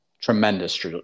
tremendous